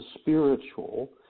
spiritual